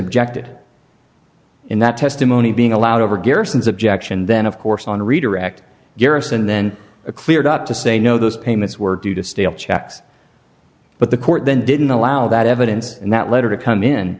objected in that testimony being allowed over garrisons objection then of course on redirect garrus and then a cleared up to say no those payments were due to stale checks but the court then didn't allow that evidence in that letter to come in